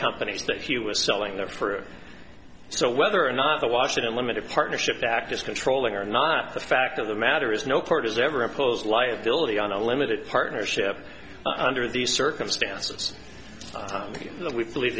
companies that he was selling them for so whether or not the washington limited partnership act is controlling or not the fact of the matter is no court has ever imposed liability on a limited partnership under these circumstances